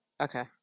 Okay